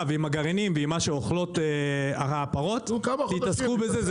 ועם הגרעינים ועם מה שאוכלות הפרות תתעסקו בזה.